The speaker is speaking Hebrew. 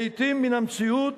לעתים, מן המציאות.